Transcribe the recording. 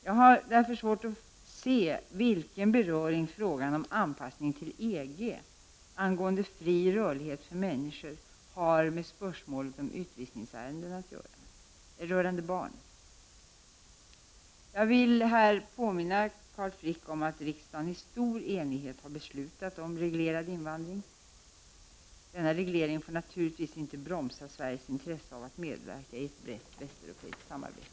Jag har därför svårt att se vilken beröring frågan om anpassning till EG angående fri rörlighet för människor har med spörsmålet om utvisningsärenden rörande barn. Jag vill här påminna Carl Frick om att riksdagen i stor enighet har beslutat om reglerad invandring. Denna reglering får naturligtvis inte bromsa Sveriges intresse av att medverka i ett brett västeuropeiskt samarbete.